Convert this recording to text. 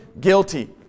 guilty